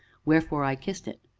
wherefore i kissed it,